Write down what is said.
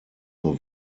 nur